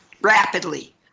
Rapidly